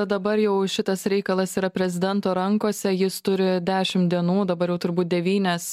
dabar jau šitas reikalas yra prezidento rankose jis turi dešimt dienų dabar jau turbūt devynias